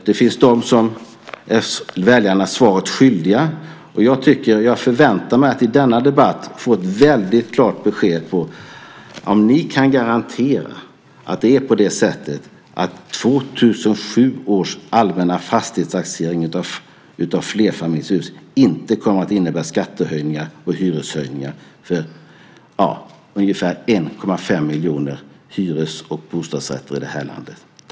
Det finns de som är väljarna svaret skyldiga, och jag förväntar mig att i denna debatt få ett väldigt klart besked om ni kan garantera att 2007 års allmänna fastighetstaxering av flerfamiljshus inte kommer att innebära skattehöjningar och hyreshöjningar för ungefär 1,5 miljoner hyres och bostadsrätter i det här landet.